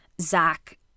Zach